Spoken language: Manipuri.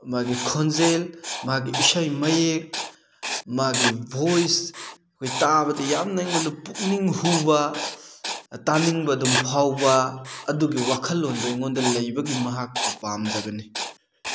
ꯃꯥꯒꯤ ꯈꯣꯟꯖꯦꯜ ꯃꯥꯒꯤ ꯏꯁꯩ ꯃꯌꯦꯛ ꯃꯥꯒꯤ ꯚꯣꯏꯁ ꯑꯩꯈꯣꯏ ꯇꯥꯕꯗ ꯌꯥꯝꯅ ꯑꯩꯉꯣꯟꯗ ꯄꯨꯛꯅꯤꯡ ꯍꯨꯕ ꯇꯥꯅꯤꯡꯕ ꯑꯗꯨꯝ ꯐꯥꯎꯕ ꯑꯗꯨꯒꯤ ꯋꯥꯈꯜꯂꯣꯟꯗꯣ ꯑꯩꯉꯣꯟꯗ ꯂꯩꯕꯒꯤ ꯃꯍꯥꯛꯄꯨ ꯄꯥꯝꯖꯕꯅꯤ